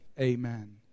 amen